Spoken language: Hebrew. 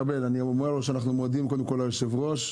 לו שאנחנו מודים קודם כול ליושב-ראש.